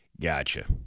Gotcha